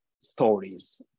stories